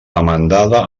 demandada